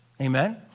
Amen